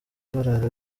barara